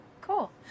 Cool